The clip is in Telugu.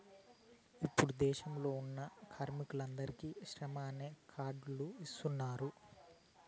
ఇప్పుడు దేశంలో ఉన్న కార్మికులందరికీ ఈ శ్రమ్ అనే కార్డ్ లు ఇస్తున్నారు